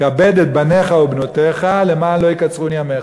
כבד את בניך ובנותיך למען לא יקצרון ימיך.